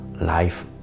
life